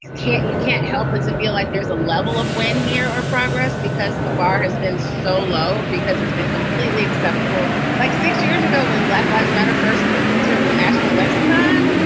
can't you can't help but feel like there's a level of win here or progress because the bar has been so low, because it's been completely acceptable. like six years ago, when black lives matter burst into the national lexicon.